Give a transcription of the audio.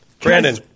Brandon